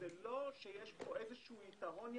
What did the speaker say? זה לא שיש פה איזה שהוא יתרון יחסי.